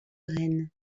rennes